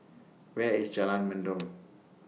Where IS Jalan Mendong